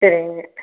சரி